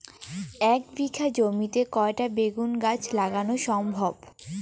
এক বিঘা জমিতে কয়টা বেগুন গাছ লাগানো সম্ভব?